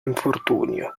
infortunio